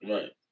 Right